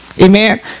Amen